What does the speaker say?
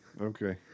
Okay